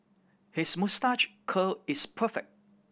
his moustache curl is perfect